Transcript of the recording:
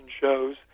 shows